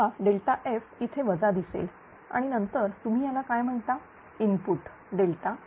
हा F इथे वजा दिसेल आणि नंतर तुम्ही याला काय म्हणाल इनपुट E